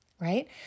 Right